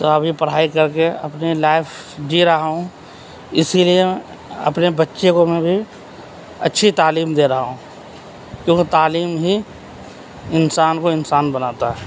تو ابھی پڑھائی کر کے اپنی لائف جی رہا ہوں اسی لیے اپنے بچّے کو میں بھی اچّھی تعلیم دے رہا ہوں کیونکہ تعلیم ہی انسان کو انسان بناتا ہے